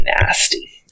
nasty